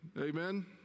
Amen